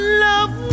love